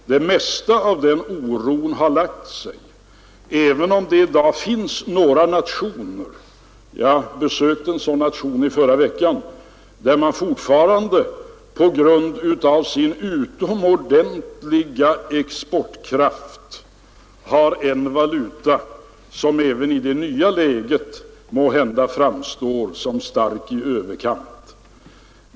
Det mesta av den oron har lagt sig, även om det i dag finns några nationer — jag besökte en sådan i förra veckan — där man fortfarande på grund av sin utomordentliga exportkraft har en valuta som måhända även i det nya läget framstår som stark i överkant.